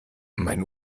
mein